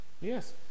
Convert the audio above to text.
Yes